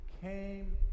came